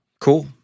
cool